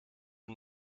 and